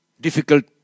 difficult